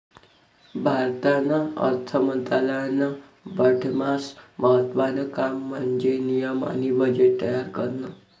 भारतना अर्थ मंत्रालयानं बठ्ठास्मा महत्त्वानं काम म्हन्जे नियम आणि बजेट तयार करनं